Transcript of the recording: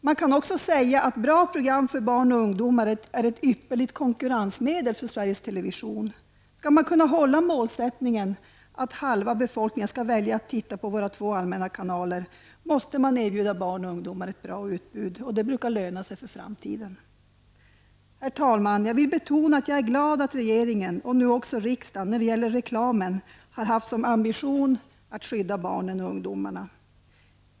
Man kan också säga att bra program för barn och ungdomar är ett ypperligt konkurrensmedel för Sveriges Television. Skall man kunna hålla målsättningen att hälften av befolkningen skall välja att titta på våra två allmänna kanaler, måste man erbjuda barn och ungdomar ett bra utbud. Det brukar löna sig för framtiden. Herr talman! Jag vill betona att jag är glad att regeringen, och nu också riksdagen, när det gäller reklamen har haft som ambition att skydda barnen.